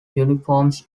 uniforms